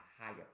higher